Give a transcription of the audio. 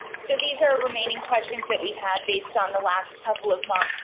so, these are remaining questions that we've had based on the last couple of months.